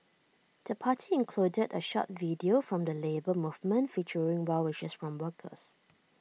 the party included A short video from the Labour Movement featuring well wishes from workers